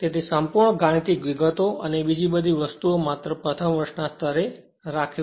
તેથી સંપૂર્ણ ગાણિતિક વિગતો અને બીજી વસ્તુ માત્ર પ્રથમ વર્ષના સ્તરે રાખવી